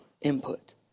input